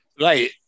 Right